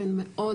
והם מאוד,